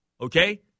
okay